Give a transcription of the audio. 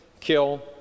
kill